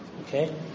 Okay